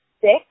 six